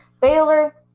Baylor